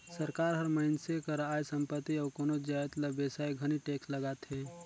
सरकार हर मइनसे कर आय, संपत्ति अउ कोनो जाएत ल बेसाए घनी टेक्स लगाथे